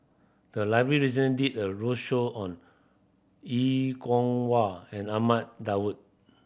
the library recently did a roadshow on Er Kwong Wah and Ahmad Daud